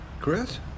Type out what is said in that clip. Chris